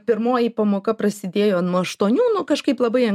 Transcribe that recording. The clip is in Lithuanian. pirmoji pamoka prasidėjo nuo aštuonių nu kažkaip labai